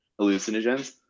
hallucinogens